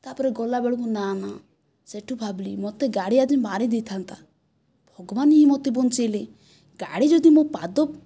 ତାପରେ ଗଲାବେଳକୁ ନା ନା ସେଠୁ ଭାବିଲି ମୋତେ ଗାଡ଼ି ଆଜି ମାରି ଦେଇଥାନ୍ତା ଭଗବାନ ହିଁ ମୋତେ ବଞ୍ଚାଇଲେ ଗାଡ଼ି ଯଦି ମୋ ପାଦ